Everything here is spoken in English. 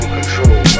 control